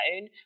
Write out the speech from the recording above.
own